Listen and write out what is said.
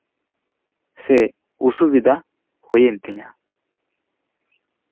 ᱥᱮ ᱚᱥᱩᱵᱤᱫᱷᱟ ᱦᱩᱭᱮᱱ ᱛᱤᱧᱟ